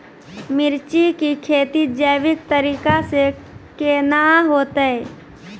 मिर्ची की खेती जैविक तरीका से के ना होते?